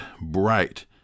bright